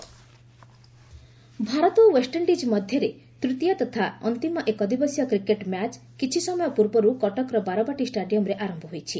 cricket Bharat ଓ West Indies ମଧ୍ୟରେ ତୂତୀୟ ତଥା ଅନ୍ତିମ ଏକଦିବସୀୟ କ୍ରିକେଟ୍ ମ୍ୟାଚ୍ କିଛି ସମୟ ପୂର୍ବରୁ କଟକର ବାରବାଟୀ ଷ୍ଟାଡିୟମ୍ରେ ଆରମ୍ଭ ହୋଇଛି